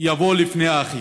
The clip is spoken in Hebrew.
יבוא לפני האכיפה.